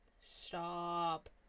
Stop